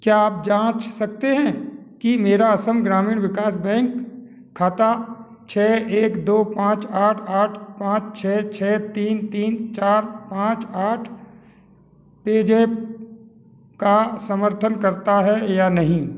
क्या आप जाँच सकते हैं कि मेरा असम ग्रामीण विकास बैंक खाता छः एक दो पाँच आठ आठ पाँच छः छः तीन तीन चार पाँच आठ पेज़ैप का समर्थन करता है या नहीं